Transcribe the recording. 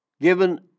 given